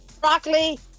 broccoli